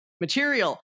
Material